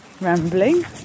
Rambling